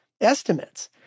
estimates